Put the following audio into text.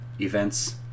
events